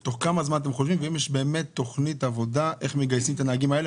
האם יש תכנית עבודה לגיוס הנהגים האלה?